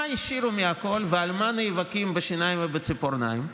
מה השאירו מהכול ועל מה נאבקים בשיניים ובציפורניים?